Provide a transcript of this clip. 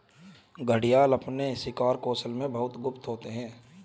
घड़ियाल अपने शिकार कौशल में बहुत गुप्त होते हैं